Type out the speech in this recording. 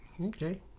Okay